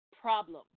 problem